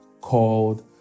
called